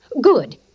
Good